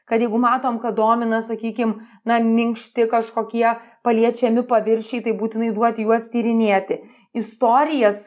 kad jeigu matom kad domina sakykim na minkšti kažkokie paliečiami paviršiai tai būtinai duoti juos tyrinėti istorijas